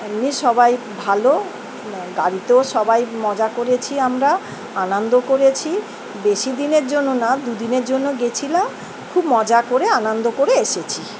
এমনি সবাই ভালো গাড়িতেও সবাই মজা করেছি আমরা আনন্দ করেছি বেশি দিনের জন্য না দুদিনের জন্য গিয়েছিলাম খুব মজা করে আনন্দ করে এসেছি